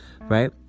right